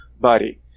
body